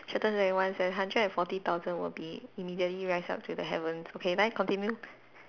chapter twenty one say hundred and forty thousand will be immediately rise up to the heavens okay then continue